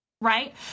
right